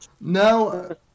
No